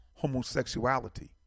homosexuality